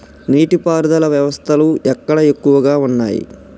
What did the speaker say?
నీటి పారుదల వ్యవస్థలు ఎక్కడ ఎక్కువగా ఉన్నాయి?